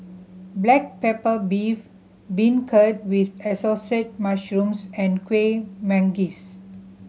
black pepper beef beancurd with Assorted Mushrooms and Kueh Manggis